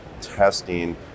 testing